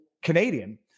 Canadian